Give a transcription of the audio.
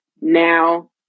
now